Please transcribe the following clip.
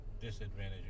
disadvantage